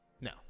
No